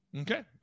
okay